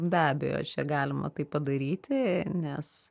be abejo čia galima tai padaryti nes